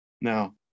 Now